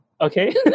okay